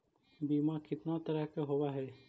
बीमा कितना तरह के होव हइ?